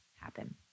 happen